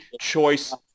choice